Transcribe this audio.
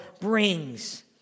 brings